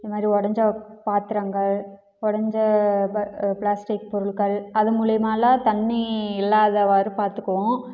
இந்த மாதிரி உடஞ்ச பாத்திரங்கள் உடஞ்ச ப பிளாஸ்ட்டிக் பொருட்கள் அது மூலயமாலாம் தண்ணி இல்லாதவாறு பார்த்துக்குவோம்